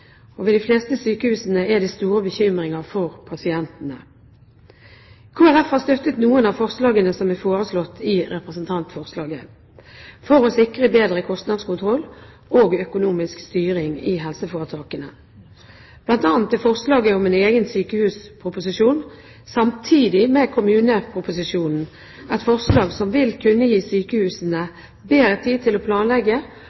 Ved de fleste sykehusene er det stor bekymring for pasientene. Kristelig Folkeparti har støttet noen av forslagene i representantforslaget, for å sikre bedre kostnadskontroll og økonomisk styring i helseforetakene. Blant annet er forslaget om en egen sykehusproposisjon samtidig med kommuneproposisjonen et forslag som vil kunne gi